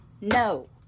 No